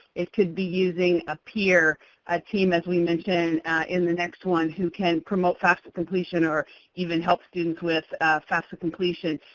it could be using a peer ah team as we mention in the next one who can promote fafsa completion, or even help students with fafsa completion.